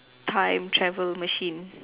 time travel machine